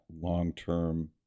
long-term